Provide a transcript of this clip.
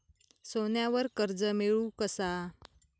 सोन्यावर कर्ज मिळवू कसा?